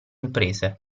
imprese